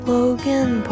Logan